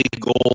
gold